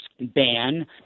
ban